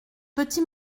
petit